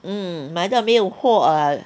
mm 买到没有货 ah